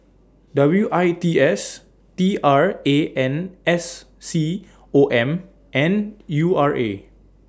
W I T S T R A N S C O M and U R A